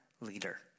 leader